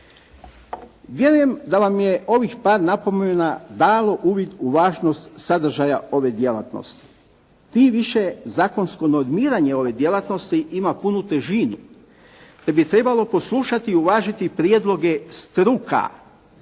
Vjerujem da vam je ovih par napomeno dalo uvid u važnost sadržaja ove djelatnosti. Tim više zakonsko normiranje ove djelatnosti ima punu težino te bi trebalo poslušati i uvažiti prijedloge struka.